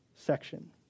section